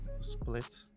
Split